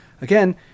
Again